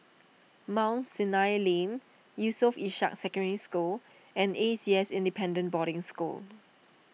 Mount Sinai Lane Yusof Ishak Secondary School and A C S Independent Boarding School